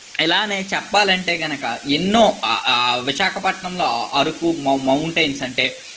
ఇలానే చెప్పాలంటే కనుక ఎన్నో విశాఖపట్నంలో అరకు మ మౌ మౌంటైన్స్ అంటే